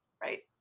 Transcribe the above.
right